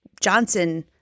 Johnson